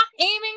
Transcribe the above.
aiming